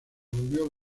volvió